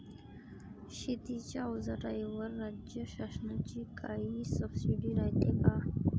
शेतीच्या अवजाराईवर राज्य शासनाची काई सबसीडी रायते का?